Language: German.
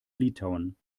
litauen